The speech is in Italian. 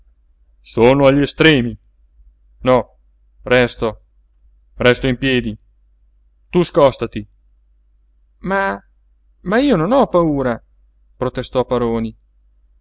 sono agli estremi no resto resto in piedi tu scòstati ma ma io non ho paura protestò paroni